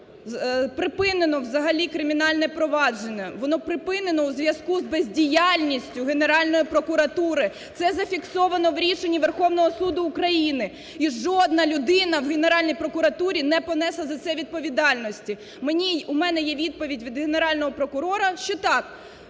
– припинено взагалі кримінальне провадження. Воно припинене у зв'язку з бездіяльністю Генеральної прокуратури. Це зафіксовано в рішенні Верховного Суду України. І жодна людина в Генеральній прокуратурі не понесла за це відповідальності. Мені… у мене є відповідь від Генерального прокурора, що так,